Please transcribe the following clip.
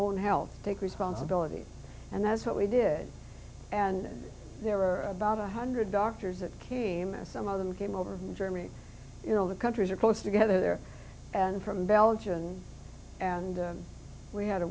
own health take responsibility and that's what we did and there were about a hundred doctors that came and some of them came over from germany you know the countries are close together there and from belgian and we had a